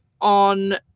on